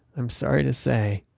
i'm sorry to say,